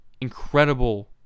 incredible